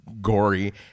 gory